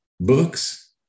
books